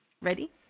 Ready